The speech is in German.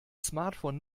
smartphone